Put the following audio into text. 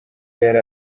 yari